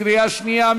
קריאה שנייה,